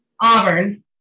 Auburn